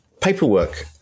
paperwork